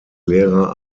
lehrer